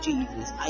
Jesus